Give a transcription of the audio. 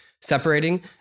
separating